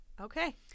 Okay